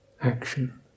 action